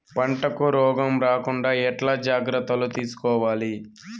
పంటకు రోగం రాకుండా ఎట్లా జాగ్రత్తలు తీసుకోవాలి?